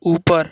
ઉપર